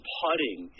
putting